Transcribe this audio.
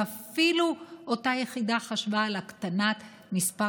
ואפילו אותה יחידה חשבה על הקטנת מספר